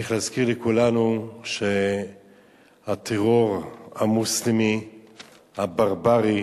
צריך להזכיר לכולנו שהטרור המוסלמי הברברי